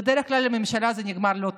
ובדרך כלל לממשלה זה נגמר לא טוב,